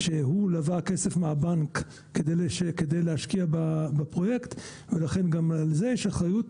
שהוא לווה כסף מהבנק כדי להשקיע בפרויקט ולכן גם על זה יש אחריות,